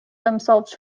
themselves